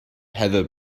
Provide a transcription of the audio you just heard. heather